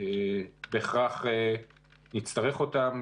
ובהכרח נצטרך אותם,